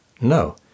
No